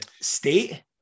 State